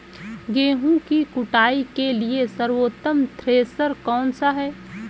गेहूँ की कुटाई के लिए सर्वोत्तम थ्रेसर कौनसा है?